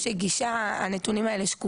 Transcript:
לא לא לפני שקופים,